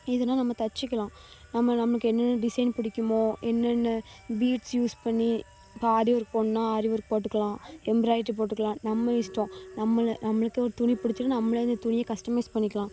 இதனா நம்ம தச்சுக்கலாம் நம்ம நம்மளுக்கு என்னென்ன டிசைன் பிடிக்குமோ என்னென்ன பீட்ஸ் யூஸ் பண்ணி இப்போ ஆரி ஒர்க் போடணுன்னால் ஆரி ஒர்க் போட்டுக்கலாம் எம்ப்ராய்டரி போட்டுக்கலாம் நம்ம இஷ்டம் நம்மளை நம்மளுக்கே ஒரு துணி பிடிச்சிட்டு நம்மளே அந்த துணியை கஸ்டமைஸ் பண்ணிக்கலாம்